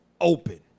open